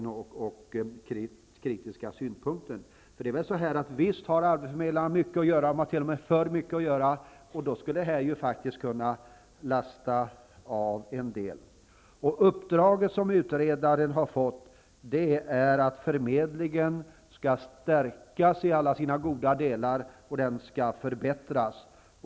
Visst har arbetsförmedlarna mycket att göra. De har t.o.m. för mycket att göra. Och då skulle detta faktiskt innebära en viss avlastning. Uppdraget som utredaren har fått är att förmedlingen skall stärkas i alla sina goda delar och skall förbättras.